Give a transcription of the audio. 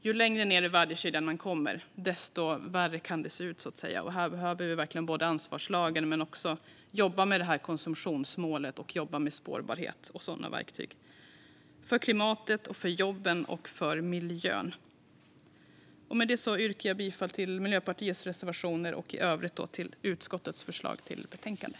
Ju längre ned i värdekedjan man kommer, desto värre kan det se ut, så att säga. Här behöver vi verkligen ansvarslagen, men vi behöver också jobba med konsumtionsmålet, spårbarhet och sådana verktyg för klimatet, för jobben och för miljön. Jag yrkar bifall till Miljöpartiets reservation 25 och i övrigt till utskottets förslag i betänkandet.